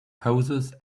poses